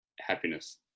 happiness